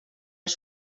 els